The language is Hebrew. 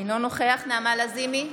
אינו נוכח נעמה לזימי,